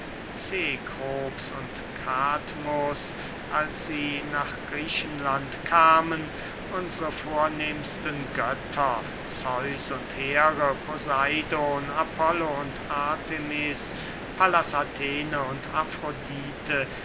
cekrops und kadmus als sie nach griechenland kamen unsre vornehmsten götter zeus und here poseidon apollo und artemis pallas athene und